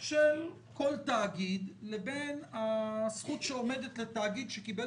של כל תאגיד לבין הזכות שעומדת לתאגיד שקיבל